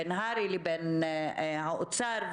בין הר"י לבין האוצר,